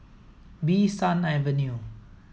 Bee San Avenue